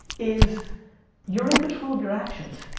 is you're in control of your actions.